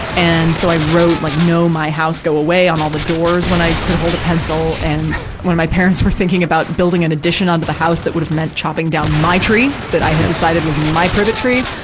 and, so i wrote, like no, my house. go away, on all the doors, when i could hold a pencil. and, when my parents were thinking about building an addition onto the house that would have meant chopping down my tree, that i had decided was my private tree,